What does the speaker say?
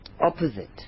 opposite